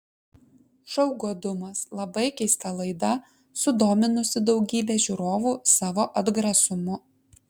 šou godumas labai keista laida sudominusi daugybę žiūrovu savo atgrasumu